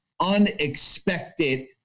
unexpected